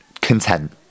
content